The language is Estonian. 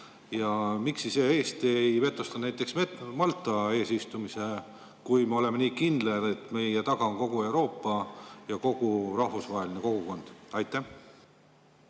Miks siis Eesti ei vetostanud Malta eesistumist, kui me oleme nii kindlad, et meie taga on kogu Euroopa ja kogu rahvusvaheline kogukond? Aitäh,